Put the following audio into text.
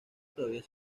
todavía